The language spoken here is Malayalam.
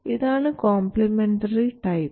ഇതാണ് കോംപ്ലിമെൻററി ടൈപ്പ്